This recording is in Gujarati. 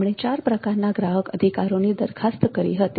તેમણે ચાર પ્રકારના ગ્રાહક અધિકારોની દરખાસ્ત કરી હતી